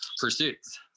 pursuits